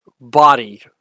body